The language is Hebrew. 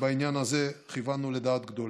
שבעניין הזה כיוונו לדעת גדולים.